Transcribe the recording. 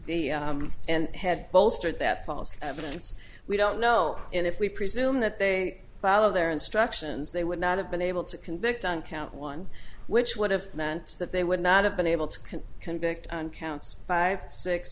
the and had bolstered that false evidence we don't know and if we presume that they follow their instructions they would not have been able to convict on count one which would have meant that they would not have been able to can convict on counts five six